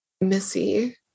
Missy